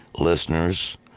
listeners